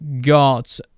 got